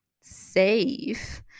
safe